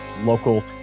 Local